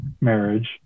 marriage